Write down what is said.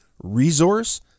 resource